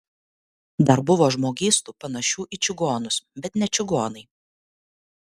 dar buvo žmogystų panašių į čigonus bet ne čigonai